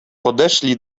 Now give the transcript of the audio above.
podeszli